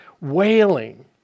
wailing